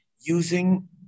using